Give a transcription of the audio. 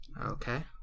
Okay